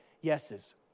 yeses